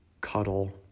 cuddle